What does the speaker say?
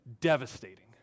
devastating